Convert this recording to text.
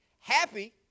Happy